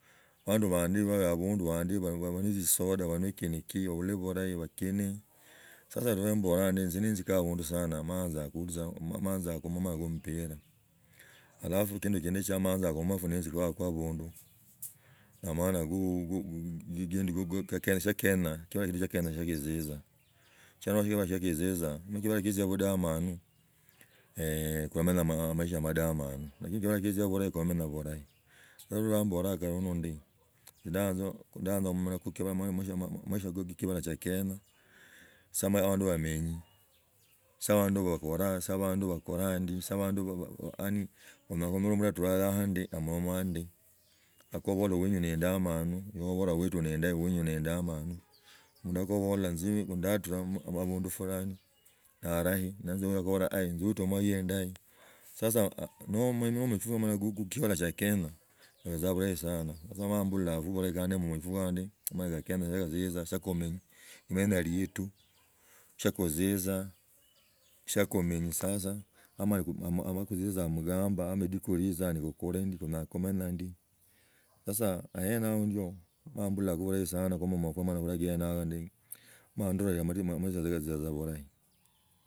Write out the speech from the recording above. Abandu bandi hahel abundu handi bali na tsisada, bali ne kindiki bahira, bakine. Sasa lwe mbaloa ndi izi ninzikae abundu sana moja zakumoma ku mvera italasi kindu kindi shia manza kummaru nenziko kwa abundu na amangangane tsa kenya tzakizizaa, mala kibula nekitzia budamanu komanye bulahi, lwe twambolaa ndi, ndayanza maisha ke kibala cha kenya se abandi bamenyi sia bandu bakoraa, sia abandu bakoraa ndi sia bandu, yaani onyala kunyola omundu yatura yaha ndi omonawaa ndi okubola wenyu nzindamanu, nobala witu nzindahi wenyu neindamanu. Mundu akabola nzi ndatura abundu furahi na aradhi. Nenzuaka kubora nzutuma huyo endah. Sasa nomenyakui amalaya ke chibala chio kenya obetze bulahi sana. Sasa maha embulakho khulegane muefwane shibala tzia kenya shakizizaa shakumenyi limenya liet shiakuzizaa, shiakumenya sasa ama ziakuzizaa mukamba ama lidaku liiza nigukule ndi kunyala kumenya ndi sasa gena yaho ndio mola ndola amaisha kazizaa tza bulahi.